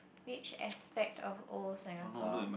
which aspect of old Singapore